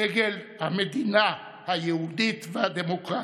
דגל המדינה היהודית והדמוקרטית.